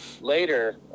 later